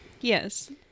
Yes